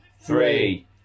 three